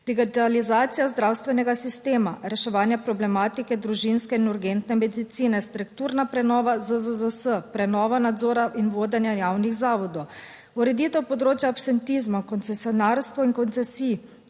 digitalizacija zdravstvenega sistema, reševanje problematike družinske in urgentne medicine, strukturna prenova ZZZS, prenova nadzora in vodenja javnih zavodov, ureditev področja absentizma, koncesionarstvo in koncesije,